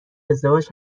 ازدواج